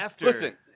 Listen